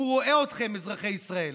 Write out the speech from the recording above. הוא רואה אתכם, אזרחי ישראל.